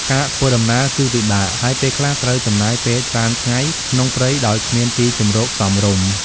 ការធ្វើដំណើរគឺពិបាក ហើយពេលខ្លះត្រូវចំណាយពេលច្រើនថ្ងៃក្នុងព្រៃដោយគ្មានទីជម្រកសមរម្យ។